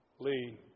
Lee